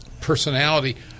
personality –